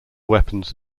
weapons